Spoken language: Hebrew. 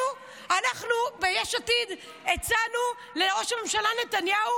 אנחנו ביש עתיד הצענו לראש הממשלה נתניהו